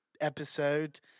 episode